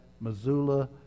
Missoula